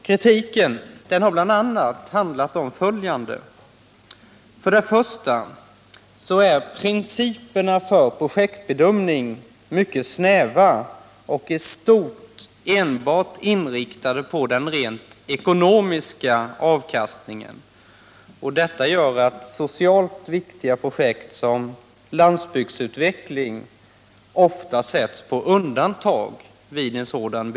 Kritiken har bl.a. handlat om följande: För det första är principerna för projektbedömning mycket snäva och i stort enbart inriktade på den rent ekonomiska avkastningen, vilket gör att socialt viktiga projekt som landsbygdsutveckling ofta sätts på undantag.